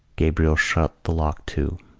gabriel shot the lock to.